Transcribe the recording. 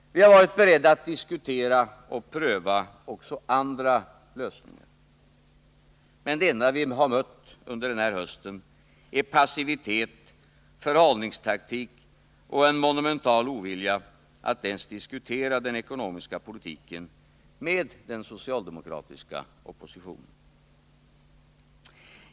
Vi har varit beredda att diskutera och pröva också andra lösningar. Men det enda vi har mött under den här hösten är passivitet, förhalningstaktik och en monumental ovilja att ens diskutera den ekonomiska politiken med den socialdemokratiska oppositionen.